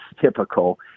typical